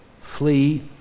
flee